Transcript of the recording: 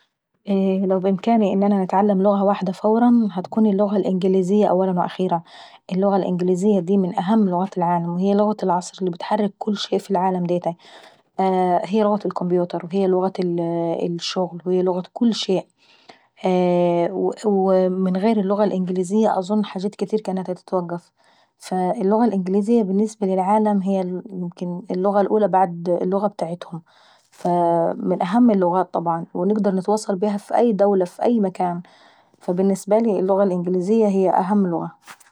لو بامكاني ان انا نتعلم لغة واحدة فورا هتكون اللغة الإنجليزية أولا وأخيرا. اللغة الإنجليزية دي من اهم لغات العالم، فهي اللي بتحرك كل شيء في العالم ديي. هي لغة الكمبيوتر ولغة الشغل هي لغة كل شيء، ومن غير اللغة الانجليزية أظن حاجات كاتيرة كانت هتتوقف. فاللغة الانجليزية بالنسبة للعالم اللغة الأولى بعد اللغة ابتاعتهم، فمن اهم اللغات طبعا نقدر نتواصل بيها في أي دول وف أي مكان وبالنسبة لي اللغة الانجليزية هي اهم لغة.